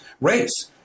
race